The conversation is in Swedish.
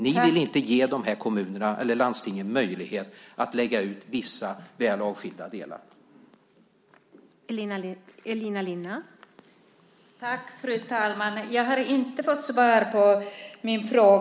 Ni vill inte ge kommuner eller landsting möjlighet att lägga ut vissa, väl avskilda delar på entreprenad.